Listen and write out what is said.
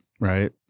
Right